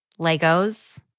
Legos